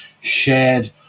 shared